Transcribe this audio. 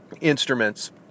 instruments